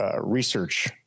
research